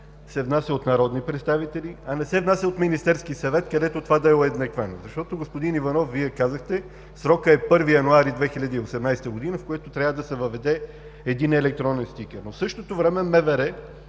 се внася от народни представители, а не се внася от Министерския съвет, където това да е уеднаквено. Господин Иванов, Вие казахте: срокът е 1 януари 2018 г., когато трябва да се въведе единен електронен стикер. В същото време